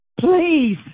please